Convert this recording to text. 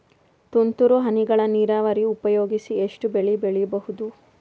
ತುಂತುರು ಹನಿಗಳ ನೀರಾವರಿ ಉಪಯೋಗಿಸಿ ಎಷ್ಟು ಬೆಳಿ ಬೆಳಿಬಹುದು?